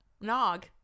Nog